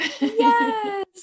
Yes